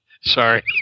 Sorry